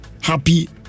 happy